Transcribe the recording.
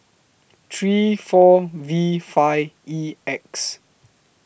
three four V five E X